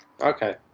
Okay